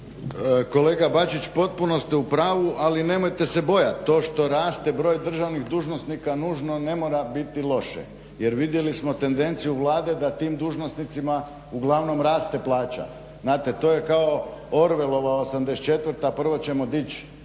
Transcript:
Kolega Bačić potpuno ste u pravu, ali nemojte se bojati. To što raste broj državnih dužnosnika nužno ne mora biti loše. Jer vidjeli smo tendenciju Vlade da tim dužnosnicima uglavnom raste plaća. Znate, to je kao Orvelova '84. prvo ćemo dići